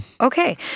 Okay